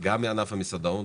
גם מענף המסעדנות,